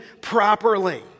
properly